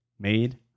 made